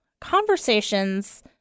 conversations